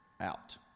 out